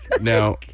Now